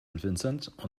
vincent